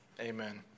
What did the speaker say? Amen